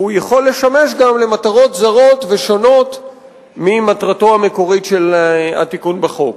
והוא יכול לשמש גם למטרות זרות ושונות ממטרתו המקורית של התיקון בחוק.